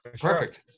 Perfect